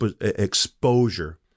exposure